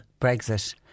Brexit